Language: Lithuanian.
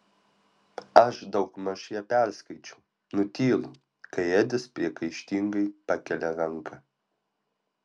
aš daugmaž ją perskaičiau nutylu kai edis priekaištingai pakelia ranką